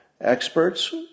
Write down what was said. Experts